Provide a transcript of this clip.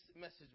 message